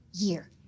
year